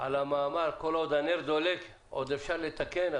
כמו שנאמר: כל עוד הנר דולק, עוד אפשר לתקן.